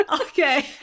okay